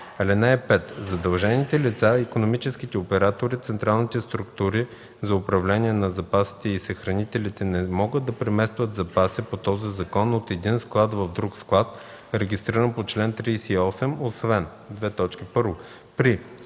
включени. (5) Задължените лица, икономическите оператори, централните структури за управление на запасите и съхранителите не могат да преместват запаси по този закон от един склад в друг склад, регистриран по чл. 38, освен: 1. при